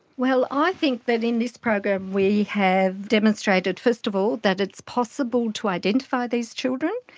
well, i think that in this program we have demonstrated first of all that it's possible to identify these children.